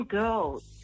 girls